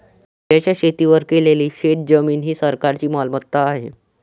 राज्याच्या शेतीवर केलेली शेतजमीन ही सरकारची मालमत्ता आहे